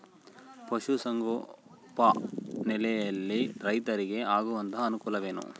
ಪಶುಸಂಗೋಪನೆಯಲ್ಲಿ ರೈತರಿಗೆ ಆಗುವಂತಹ ಅನುಕೂಲಗಳು?